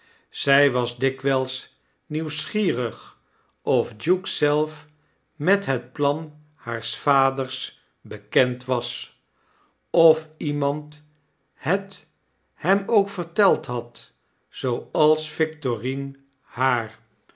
zij was dikwijls nieuwsgierig of duke zelf met het plan haars vaders bekend was of iemand het hem ook verteld had zooals victorine haar